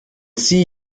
see